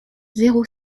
zéro